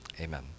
Amen